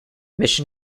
mission